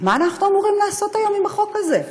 ומה אנחנו אמורים לעשות היום עם החוק הזה,